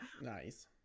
nice